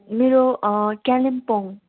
मेरो कालिम्पोङ